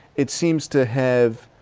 it seems to have.